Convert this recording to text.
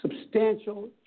substantial